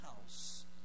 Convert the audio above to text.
house